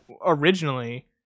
originally